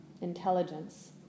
intelligence